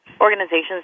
organizations